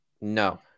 no